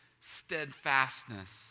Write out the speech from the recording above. steadfastness